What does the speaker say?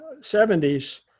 70s